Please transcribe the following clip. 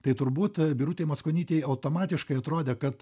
tai turbūt birutei mackonytei automatiškai atrodė kad